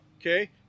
okay